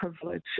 privilege